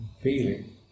Feeling